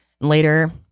Later